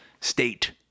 state